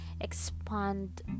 expand